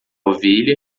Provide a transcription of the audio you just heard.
ovelha